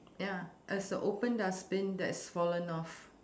ya there's a open dustbin that's fallen off